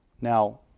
Now